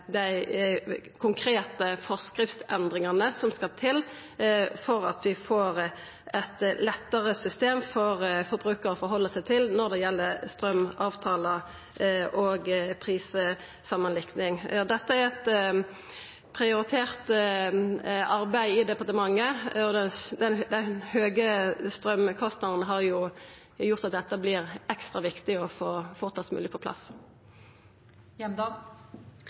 dei konkrete forskriftsendringane som skal til for at vi får eit lettare system for forbrukarane å halda seg til når det gjeld straumavtalar og prissamanlikning. Dette er eit prioritert arbeid i departementet, og dei høge straumkostnadene har gjort at det vert ekstra viktig å få dette fortast mogeleg på plass.